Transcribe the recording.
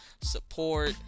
support